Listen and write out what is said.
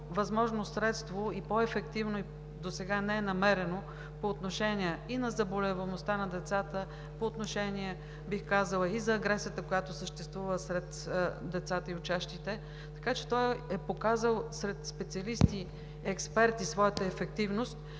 възможно средство и досега не е намерено по-ефективно средство по отношение и на заболеваемостта на децата, по отношение, бих казала, и на агресията, която съществува сред децата и учащите се. Така че той е показал според специалисти и експерти своята ефективност